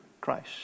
Christ